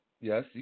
yes